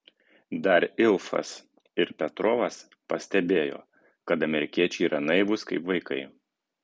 dar ilfas ir petrovas pastebėjo kad amerikiečiai yra naivūs kaip vaikai